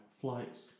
flights